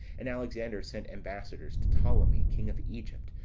and alexander sent ambassadors to ptolemee king of egypt,